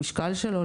למשקל שלו,